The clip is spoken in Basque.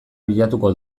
bilatuko